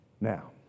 Now